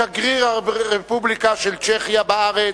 שגריר הרפובליקה של צ'כיה בארץ,